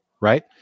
Right